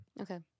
Okay